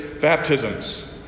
baptisms